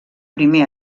primer